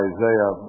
Isaiah